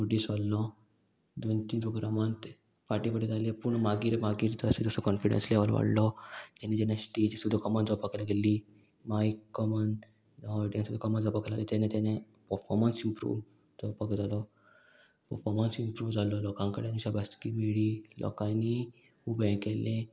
फुडें सरलो दोन तीन प्रोग्रामांत फाटी पुडें जाल्ले पूण मागीर मागीर तसो तसो कॉन्फिडन्स लेवल वाडलो तेणी जेन्ना स्टेज सुद्दां कमान जावपाक लागिल्ली मायक कमन जावं ऑडियन्स सुद्दां कमान जावपाक लागली तेन्ना तेन्ना पर्फोमन्स इम्प्रूव जावपाक जालो पर्फोमन्स इम्प्रूव जाल्लो लोकां कडेन शाबास्तीकी मेळ्ळी लोकांनी उबेंय केल्लें